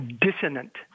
dissonant